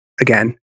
again